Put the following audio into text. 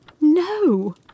No